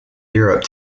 europe